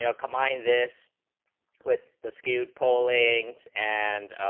you know combine this with the skewed call aids and